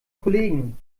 kollegen